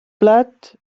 blat